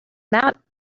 that